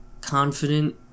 confident